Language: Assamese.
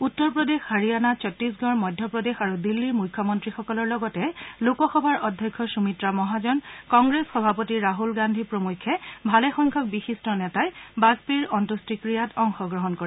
উত্তৰ প্ৰদেশ হাৰিয়ানা চট্টিশগড় মধ্যপ্ৰদেশ আৰু দিল্লীৰ মুখ্যমন্ত্ৰীসকলৰ লগতে লোকসভাৰ অধ্যক্ষ সুমিত্ৰা মহাজন কংগ্ৰেছ সভাপতি ৰাহুল গান্ধী প্ৰমুখ্যে ভালেসংখ্যক বিশিষ্ট নেতাই বাজপেয়ীৰ অন্ত্যেষ্টিক্ৰীয়াত অংশগ্ৰহণ কৰে